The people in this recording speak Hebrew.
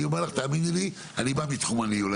תאמיני לי, אני בא מתחום הניהול.